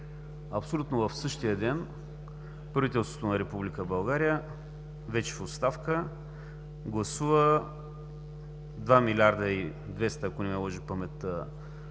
Абсолютно в същия ден правителството на Република България, вече в оставка, гласува два милиарда и двеста, ако не ме лъже паметта,